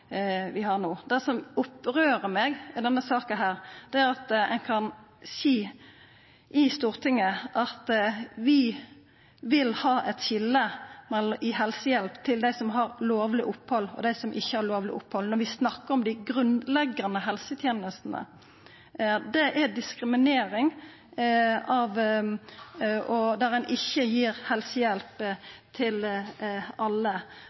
vi har no. Det som skremmer meg i denne saka, er at ein kan seia i Stortinget at ein vil ha eit skilje i helsehjelp mellom dei som har lovleg opphald, og dei som ikkje har lovleg opphald. Men vi snakkar om dei grunnleggjande helsetenestene. Det er diskriminering ikkje å gi helsehjelp til alle, og det er ikkje